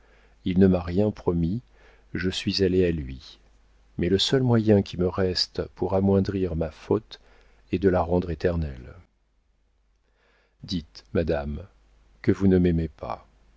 il ne m'a rien promis je suis allée à lui mais le seul moyen qui me reste pour amoindrir ma faute est de la rendre éternelle dites madame que vous ne m'aimez pas